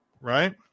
right